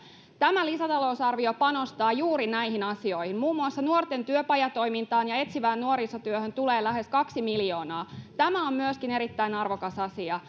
tämä lisätalousarvio panostaa juuri näihin asioihin muun muassa nuorten työpajatoimintaan ja etsivään nuorisotyöhön tulee lähes kaksi miljoonaa tämä on myöskin erittäin arvokas asia